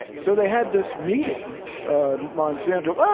so, they had this meeting monsanto, um